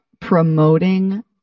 promoting